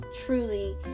truly